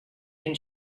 can